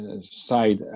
side